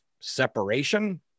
separation